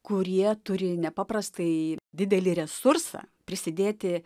kurie turi nepaprastai didelį resursą prisidėti